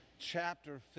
chapter